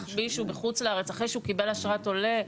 מישהו בחו"ל אחרי שהוא קיבלת אשרת עולה,